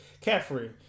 Caffrey